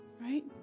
right